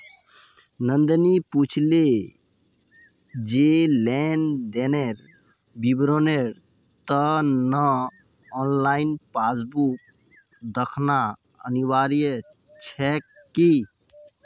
नंदनी पूछले जे लेन देनेर विवरनेर त न ऑनलाइन पासबुक दखना अनिवार्य छेक की